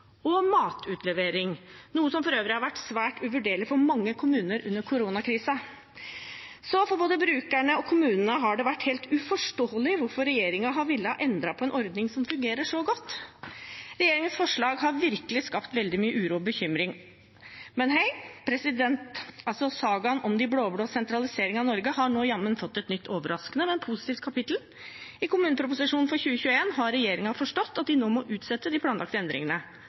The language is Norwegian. og matutlevering, noe som for øvrig har vært svært uvurderlig for mange kommuner under koronakrisen. For både brukerne og kommunene har det vært helt uforståelig hvorfor regjeringen har villet endre på en ordning som fungerer så godt. Regjeringens forslag har virkelig skapt veldig mye uro og bekymring. Men sagaen om de blå-blås sentralisering av Norge har nå jammen fått et nytt og overraskende, men positivt kapittel. I kommuneproposisjonen for 2021 har regjeringen forstått at de må utsette de planlagte endringene.